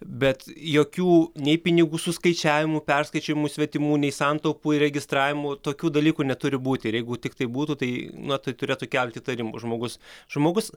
bet jokių nei pinigų suskaičiavimų perskaičiavimų svetimų nei santaupų įregistravimų tokių dalykų neturi būti ir jeigu tiktai būtų tai na tai turėtų kelt įtarimų žmogus žmogus